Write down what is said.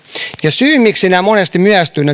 syy miksi nämä viisumit monesti myöhästyvät